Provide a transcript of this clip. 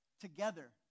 together